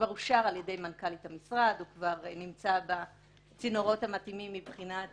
כבר אושר על ידי מנכ"לית המשרד וכבר נמצא בצינורות המתאימים מבחינת